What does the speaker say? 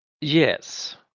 yes